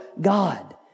God